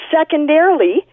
Secondarily